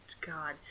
God